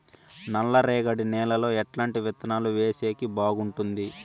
నల్లరేగడి నేలలో ఎట్లాంటి విత్తనాలు వేసేకి బాగుంటుంది?